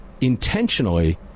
intentionally